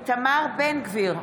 איתמר בן גביר,